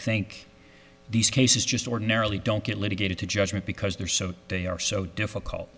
think these cases just ordinarily don't get litigated to judgment because they're so they are so difficult